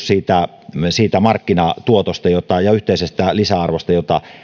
siitä siitä markkinatuotosta ja yhteisestä lisäarvosta jota